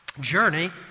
Journey